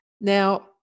Now